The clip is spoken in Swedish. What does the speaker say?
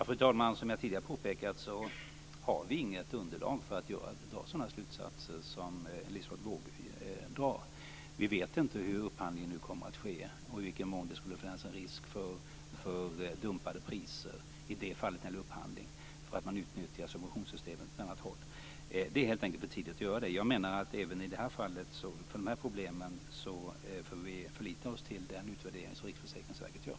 Fru talman! Som jag tidigare har påpekat har vi inget underlag för att dra sådana slutsatser som Liselotte Wågö drar. Vi vet inte hur upphandlingen kommer att ske och i vilken mån det finns en risk för dumpade priser när det gäller upphandling på grund av att man utnyttjar subventionssystemet på ett annat håll. Det är helt enkelt för tidigt säga det. Jag menar att vi även när det gäller de här problemen får förlita oss på den utvärdering som Riksförsäkringsverket gör.